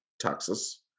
taxes